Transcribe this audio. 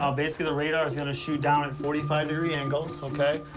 um basically the radar is gonna shoot down at forty five degree angles, okay?